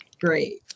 great